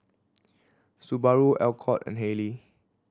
Subaru Alcott and Haylee